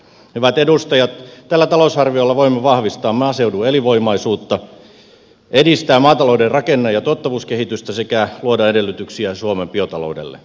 hyvät edustajat tällä talousarviolla voimme vahvistaa maaseudun elinvoimaisuutta edistää maatalouden rakenne ja tuottavuuskehitystä sekä luoda edellytyksiä suomen biotaloudelle